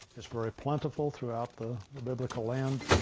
it's very plentiful throughout the the biblical lands.